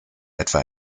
etwa